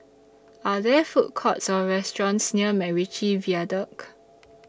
Are There Food Courts Or restaurants near Macritchie Viaduct